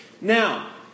Now